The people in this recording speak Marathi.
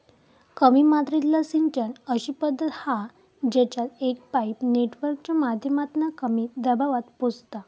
कमी मात्रेतला सिंचन अशी पद्धत हा जेच्यात एक पाईप नेटवर्कच्या माध्यमातना कमी दबावात पोचता